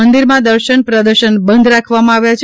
મંદિરમાં દર્શન પ્રદર્શન બંધ રાખવામાં આવ્યા છે